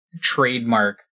trademark